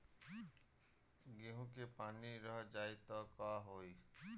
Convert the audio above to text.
गेंहू मे पानी रह जाई त का होई?